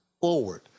forward